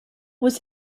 was